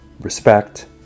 Respect